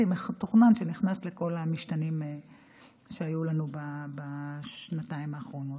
מתוכנן שנכנס לכל המשתנים שהיו לנו בשנתיים האחרונות.